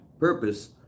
purpose